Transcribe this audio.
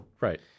Right